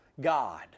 God